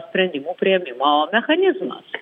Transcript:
sprendimų priėmimo mechanizmas